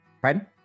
Pardon